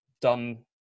done